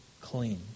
clean